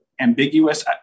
ambiguous